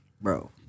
Bro